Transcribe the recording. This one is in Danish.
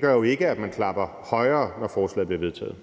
gør jo ikke, at man klapper højere, når forslaget bliver vedtaget.